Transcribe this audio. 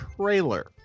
trailer